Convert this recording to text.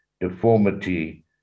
deformity